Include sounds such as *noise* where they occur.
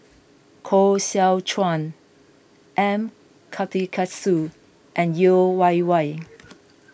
Koh Seow Chuan M Karthigesu and Yeo Wei Wei *noise*